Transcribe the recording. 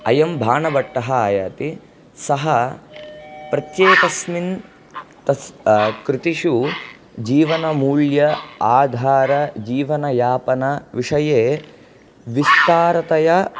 अयं बाणभट्टः आयाति सः प्रत्येकस्मिन् तस् कृतिषु जीवनमूल्य आधारजीवनयापनविषये विस्तारतया